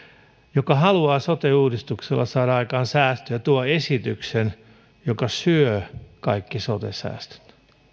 joka haluaa sote uudistuksella saada aikaan säästöjä tuo esityksen joka syö kaikki sote säästöt